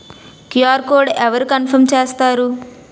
QR code అవరు confirm చేస్తారు?